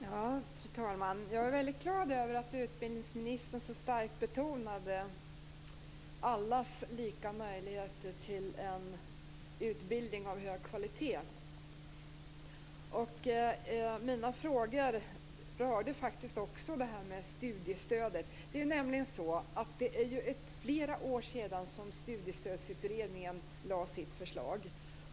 Fru talman! Jag är glad över att utbildningsministern så starkt betonade allas lika möjligheter till en utbildning av hög kvalitet. Mina frågor rörde faktiskt också detta med studiestödet. Det är nämligen flera år sedan Studiestödsutredningen lade fram sitt förslag.